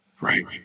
Right